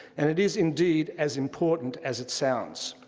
and it is indeed as important as it sounds.